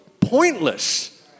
pointless